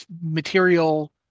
material